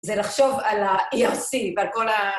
זה לחשוב על ה-ERC ועל כל ה...